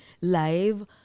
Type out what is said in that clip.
live